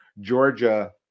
Georgia